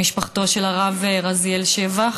למשפחתו של הרב רזיאל שבח,